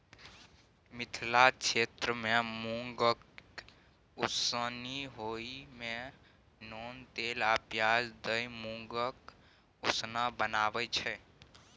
मिथिला क्षेत्रमे मुँगकेँ उसनि ओहि मे नोन तेल आ पियाज दए मुँगक उसना बनाबै छै